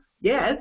yes